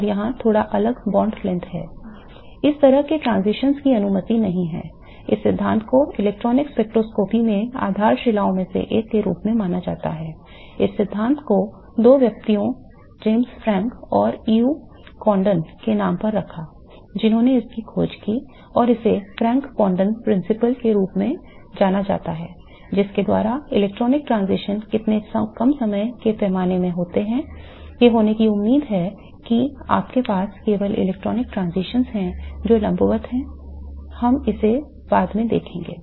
और इसे Franck Condon सिद्धांत के रूप में जाना जाता है जिसके द्वारा इलेक्ट्रॉनिक transitions इतने कम समय के पैमाने में होने की उम्मीद है कि आपके पास केवल इलेक्ट्रॉनिक transitions है जो लंबवत हैं हम इसे बाद में देखेंगे